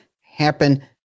happen